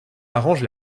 arrange